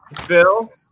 Phil